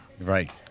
Right